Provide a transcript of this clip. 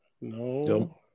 No